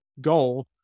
goal